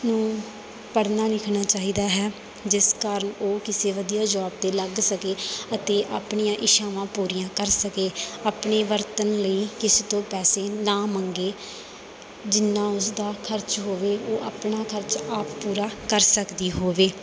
ਨੂੰ ਪੜ੍ਹਨਾ ਲਿਖਣਾ ਚਾਹੀਦਾ ਹੈ ਜਿਸ ਕਾਰਨ ਉਹ ਕਿਸੇ ਵਧੀਆ ਜੋਬ 'ਤੇ ਲੱਗ ਸਕੇ ਅਤੇ ਆਪਣੀਆਂ ਇੱਛਾਵਾਂ ਪੂਰੀਆਂ ਕਰ ਸਕੇ ਆਪਣੇ ਵਰਤਣ ਲਈ ਕਿਸ ਤੋਂ ਪੈਸੇ ਨਾ ਮੰਗੇ ਜਿੰਨਾ ਉਸਦਾ ਖਰਚ ਹੋਵੇ ਉਹ ਆਪਣਾ ਖਰਚ ਆਪ ਪੂਰਾ ਕਰ ਸਕਦੀ ਹੋਵੇ